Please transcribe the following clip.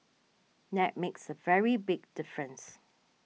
that makes a very big difference